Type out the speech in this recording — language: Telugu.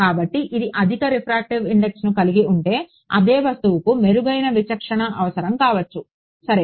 కాబట్టిఅది అధిక రిఫ్రాక్టివ్ ఇండెక్స్ను కలిగి ఉంటే అదే వస్తువుకు మెరుగైన విచక్షణ అవసరం కావచ్చు సరే